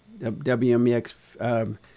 WMEX